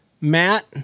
Matt